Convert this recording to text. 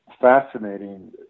fascinating